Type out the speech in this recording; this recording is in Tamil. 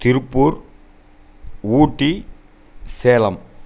திருப்பூர் ஊட்டி சேலம்